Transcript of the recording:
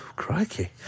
Crikey